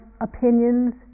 opinions